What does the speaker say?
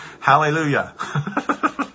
Hallelujah